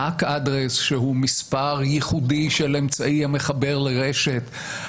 כתובת MAC, שהוא מספר ייחודי של אמצעי המחבר לרשת.